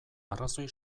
arrazoi